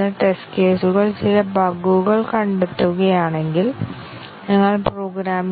ഞങ്ങൾ ബ്രാഞ്ചും കണ്ടീഷൻ കവറേജും നോക്കിയിരുന്നു അല്ലെങ്കിൽ കണ്ടീഷൻ